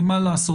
כי מה לעשות,